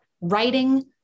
writing